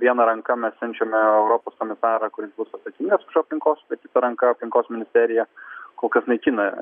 viena ranka mes siunčiame europos komisarą kuris bus atsakingas už aplinkos bet kita ranka aplinkos ministerija kol kas naikina